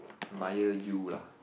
my year you lah